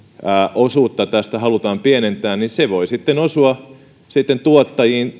osuutta tästä halutaan pienentää niin se voi sitten osua tuottajiin